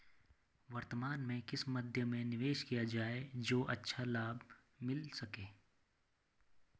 वर्तमान में किस मध्य में निवेश किया जाए जो अच्छा लाभ मिल सके?